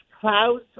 clouds